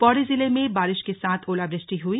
पौड़ी जिले में बारिश के साथ ओलावृष्टि हुई